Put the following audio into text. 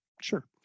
Sure